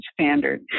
standard